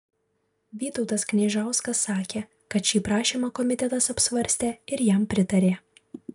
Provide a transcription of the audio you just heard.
vytautas kniežauskas sakė kad šį prašymą komitetas apsvarstė ir jam pritarė